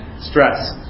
Stress